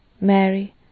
Mary